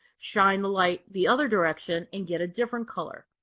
shine the light the other direction and get a different color.